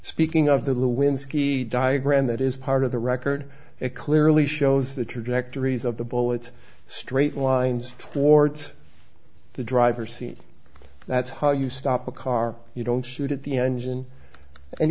speaking of the lewinski diagram that is part of the record it clearly shows the trajectories of the bullet straight lines towards the driver's seat that's how you stop a car you don't shoot at the engine and